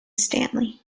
stanley